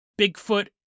Bigfoot